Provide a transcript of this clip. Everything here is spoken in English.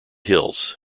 hills